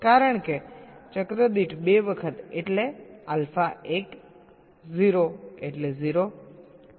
કારણ કે ચક્ર દીઠ 2 વખત એટલે આલ્ફા 1 0 એટલે 0